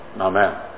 Amen